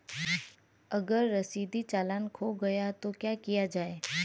अगर रसीदी चालान खो गया तो क्या किया जाए?